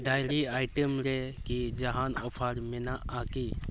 dairy item ᱨᱮ ᱪᱮᱫ ᱡᱟᱦᱟᱱ ᱚᱯᱷᱟᱨ ᱢᱮᱱᱟᱜᱼᱟ